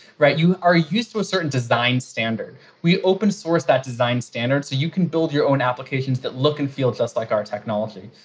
you are used to a certain design standard. we open source that design standards so you can build your own applications that look and feel just like our technology.